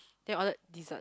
then we ordered dessert